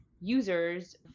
users